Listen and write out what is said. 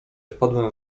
wpadłem